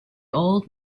old